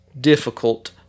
difficult